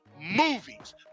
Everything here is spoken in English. movies